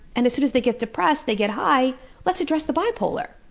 and as soon as they get depressed they get high let's address the bipolar.